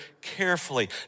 carefully